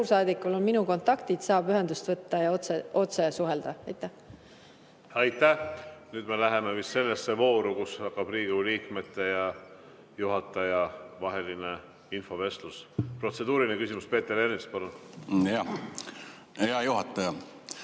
suursaadikul on minu kontaktid, ta saab ühendust võtta ja otse suhelda. Aitäh! Nüüd me jõuame vist sellesse vooru, kus hakkab Riigikogu liikmete ja juhataja vaheline infovestlus. Protseduuriline küsimus, Peeter Ernits, palun! Aitäh!